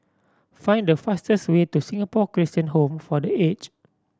find the fastest way to Singapore Christian Home for The Aged